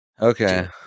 Okay